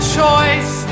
choice